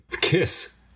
kiss